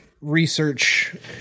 Research